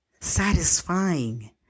satisfying